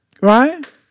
Right